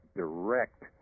direct